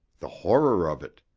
the horror of it!